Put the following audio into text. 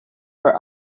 for